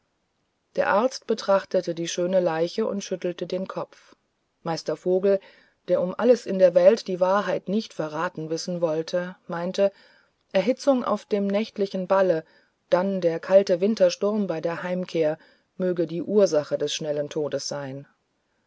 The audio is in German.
der arzt betrachtete die schöne leiche und schüttelte den kopf meister vogel der um alles in der welt die wahrheit nicht verraten wissen wollte meinte erhitzung auf dem nächtlichen balle dann der kalte wintersturm bei der heimkehr möge die ursache des schnellen todes sein